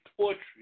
poetry